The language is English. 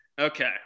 okay